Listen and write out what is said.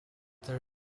there